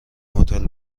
هتل